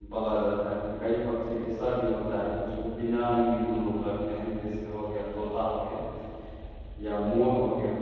पाला जाता है कि कई पक्षी ऐसे भी होते हैं कि उसको पिंजरे में भी हम लोग रखते हैं जैसे हो गया तोता हो गया या मोर हो गया